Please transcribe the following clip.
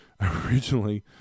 originally